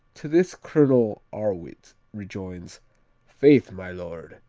to this colonel arwit rejoins faith, my lord,